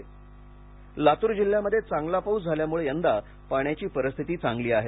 लबाडणक लातूर जिल्ह्यामध्ये चांगला पाऊस झाल्यामुळे यंदा पाण्याची परिस्थिती चांगली आहे